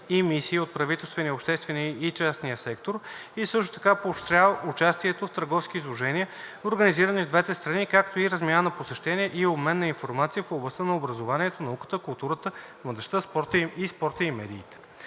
и мисии от правителствения, обществения и частния сектор и също така поощрява участието в търговски изложения, организирани в двете страни, както и размяната на посещения и обмен на информация в областта на образованието, науката, културата, младежта и спорта и медиите.